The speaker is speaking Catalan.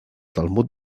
talmud